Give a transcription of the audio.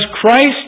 Christ